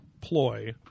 ploy